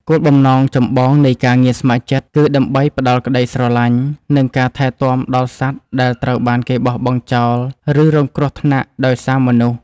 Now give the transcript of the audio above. គោលបំណងចម្បងនៃការងារស្ម័គ្រចិត្តគឺដើម្បីផ្ដល់ក្ដីស្រឡាញ់ និងការថែទាំដល់សត្វដែលត្រូវបានគេបោះបង់ចោល ឬរងគ្រោះថ្នាក់ដោយសារមនុស្ស។